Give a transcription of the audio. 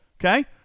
okay